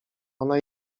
ona